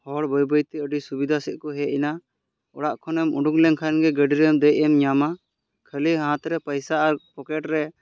ᱦᱚᱲ ᱵᱟᱹᱭ ᱵᱟᱹᱭ ᱛᱮ ᱟᱹᱰᱤ ᱥᱩᱵᱤᱫᱷᱟ ᱥᱮᱫ ᱠᱚ ᱦᱮᱡ ᱮᱱᱟ ᱚᱲᱟᱜ ᱠᱷᱚᱱᱮᱢ ᱩᱰᱩᱠ ᱞᱮᱱᱠᱷᱟᱱ ᱜᱮ ᱜᱟᱹᱰᱤ ᱨᱮᱢ ᱫᱮᱡ ᱮᱢ ᱧᱟᱢᱟ ᱠᱷᱟᱹᱞᱤ ᱦᱟᱛ ᱨᱮ ᱯᱚᱭᱥᱟ ᱟᱨ ᱯᱚᱠᱮᱴ ᱨᱮ